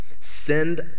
send